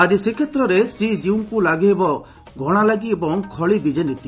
ଆକି ଶ୍ରୀକ୍ଷେତ୍ରରେ ଶ୍ରୀକୀଉଙ୍କୁ ଲାଗିହେବ ଘଶାଲାଗି ଓ ଖଳି ବିଜେ ନୀତି